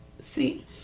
see